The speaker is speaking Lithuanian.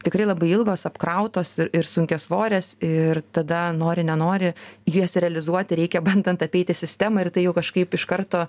tikrai labai ilgos apkrautos ir ir sunkiasvorės ir tada nori nenori jas realizuoti reikia bandant apeiti sistemą ir tai jau kažkaip iš karto